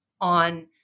on